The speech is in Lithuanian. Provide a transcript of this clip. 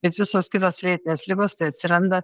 bet visos kitos lėtinės ligos tai atsiranda